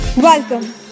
Welcome